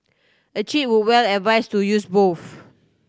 a cheat would well advise to use both